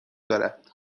دارد